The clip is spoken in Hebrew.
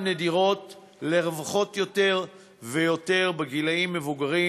נדירות לרווחות יותר ויותר בגילים מבוגרים,